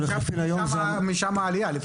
משם העלייה.